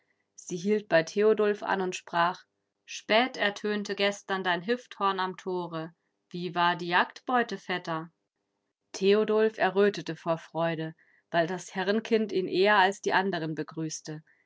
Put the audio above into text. sie hielt bei theodulf an und sprach spät ertönte gestern dein hifthorn am tore wie war die jagdbeute vetter theodulf errötete vor freude weil das herrenkind ihn eher als die anderen begrüßte